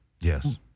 Yes